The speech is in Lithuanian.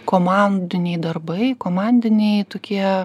komandiniai darbai komandiniai tokie